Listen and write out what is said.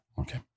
okay